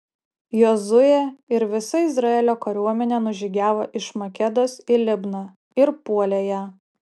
jozuė ir visa izraelio kariuomenė nužygiavo iš makedos į libną ir puolė ją